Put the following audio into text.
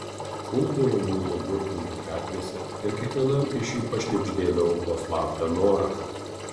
pūsdavau muilo burbulus gatvėse ir kiekvienam iš jų pašnibždėdavau po slaptą norą